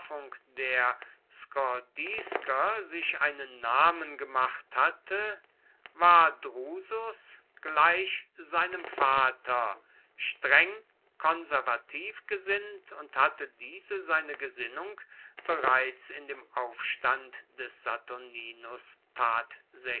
der skordisker sich einen namen gemacht hatte war drusus gleich seinem vater streng konservativ gesinnt und hatte diese seine gesinnung bereits in dem aufstand des